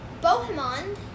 Bohemond